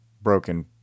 broken